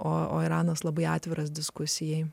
o iranas labai atviras diskusijai